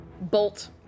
bolt